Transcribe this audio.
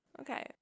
okay